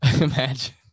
Imagine